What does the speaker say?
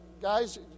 Guys